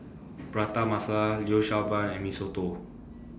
Prata Masala Liu Sha Bao and Mee Soto